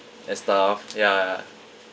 and stuff ya ya